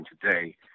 today